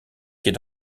quai